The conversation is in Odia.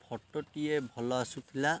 ଫଟୋଟିଏ ଭଲ ଆସୁଥିଲା